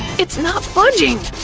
it's not budging!